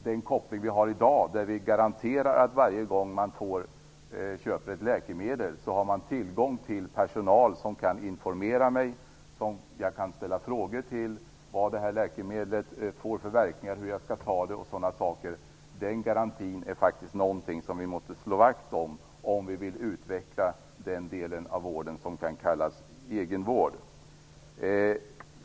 Den koppling vi har i dag, där vi garanterar att man varje gång man köper ett läkemedel har tillgång till personal som kan informera och svara på frågor om läkemedlets verkningar, hur det skall tas osv., måste vi slå vakt om, om vi vill utveckla den delen av vården som kan kallas egenvård.